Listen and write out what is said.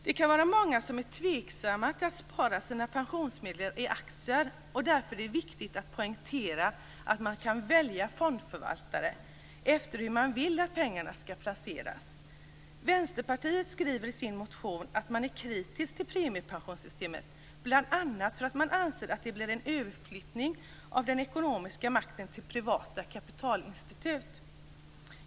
Det kan vara många som är tveksamma till att spara sina pensionsmedel i aktier. Därför är det viktigt att poängtera att man kan välja fondförvaltare efter hur man vill att pengarna skall placeras. Vänsterpartiet skriver i sin motion att man är kritisk till premiepensionssystemet, bl.a. därför att man anser att det blir en överflyttning av den ekonomiska makten till privata kapitalinstitut.